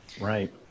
right